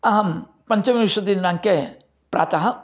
अहं पञ्चविंशतिदिनाङ्के प्रातः